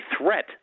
threat